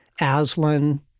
Aslan